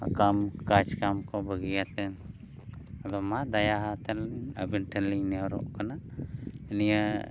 ᱟᱨ ᱠᱟᱢ ᱠᱟᱢ ᱠᱟᱡᱽ ᱠᱚ ᱵᱟᱹᱜᱤᱭᱟᱛᱮᱱ ᱟᱫᱚ ᱢᱟ ᱫᱟᱭᱟ ᱠᱟᱛᱮᱫ ᱞᱤᱧ ᱟᱵᱮᱱ ᱴᱷᱮᱱ ᱞᱤᱧ ᱱᱮᱦᱚᱨᱚᱜ ᱠᱟᱱᱟ ᱱᱤᱭᱟᱹ